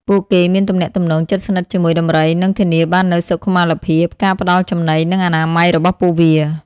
ពួកគេមានទំនាក់ទំនងជិតស្និទ្ធជាមួយដំរី និងធានាបាននូវសុខុមាលភាព ការផ្តល់ចំណី និងអនាម័យរបស់ពួកវា។